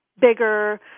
bigger